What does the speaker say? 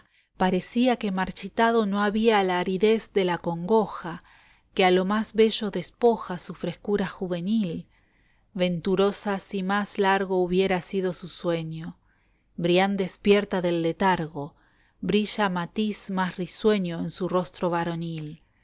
parecía que marchitado no había la aridez de la congoja que a lo más bello despoja su frescura juvenil venturosa si más largo hubiera sido su sueño brian despierta del letargo brilla matiz más risueño en su rosiro varonil